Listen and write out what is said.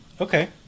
okay